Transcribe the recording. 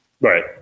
Right